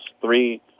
Three